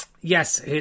yes